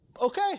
okay